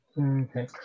Okay